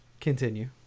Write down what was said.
Continue